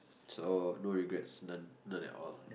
so no regrets none none at all